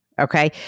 Okay